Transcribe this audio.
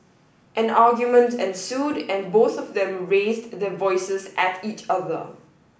an argument ensued and both of them raised their voices at each other